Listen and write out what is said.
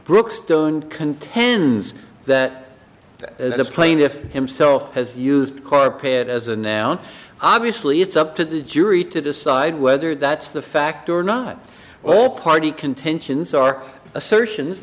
brookstone contends that the plaintiff himself has used carpet as a noun obviously it's up to the jury to decide whether that's the fact or not well party contentions are assertions